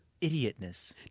idiotness